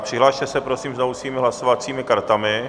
Přihlaste se, prosím, znovu svými hlasovacími kartami.